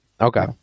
Okay